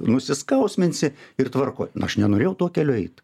nusiskausminsi ir tvarkoj aš nenorėjau tuo keliu eit